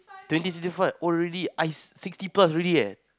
twenty sixty I old already I sixty plus already eh